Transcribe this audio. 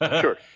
Sure